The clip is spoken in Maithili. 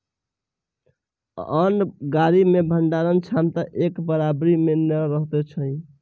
अन्न गाड़ी मे भंडारण क्षमता एक बराबरि नै रहैत अछि